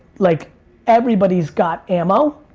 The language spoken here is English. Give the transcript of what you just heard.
like everybody's got ammo,